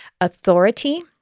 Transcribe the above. authority